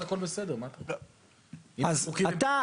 אתה,